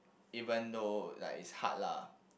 even though like it's hard lah